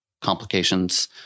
complications